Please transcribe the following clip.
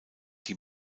die